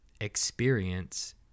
experience